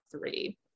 three